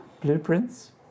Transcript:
Blueprints